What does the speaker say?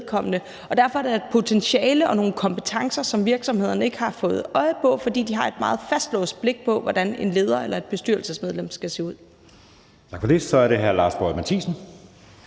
Tak for det. Så er det hr. Lars Boje Mathiesen.